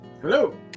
Hello